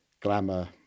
glamour